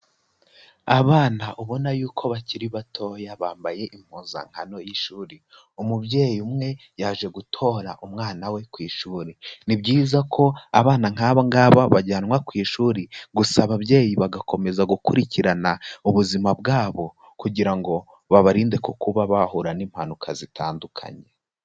Abana ubona yuko bakiri batoya, bambaye impuzankano y'ishuri. Umubyeyi umwe yaje gutora umwana we ku ishuri. Ni byiza ko abana nk'aba ngaba bajyanwa ku ishuri, gusa ababyeyi bagakomeza gukurikirana ubuzima bwabo, kugira ngo babarinde ku kuba bahura n'impanuka zitandukanye.